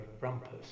rumpus